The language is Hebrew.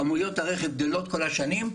כמויות הרכב גדלות כל השנים,